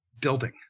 building